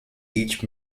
each